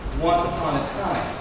once upon a time,